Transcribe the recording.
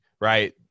right